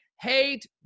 hate